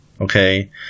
Okay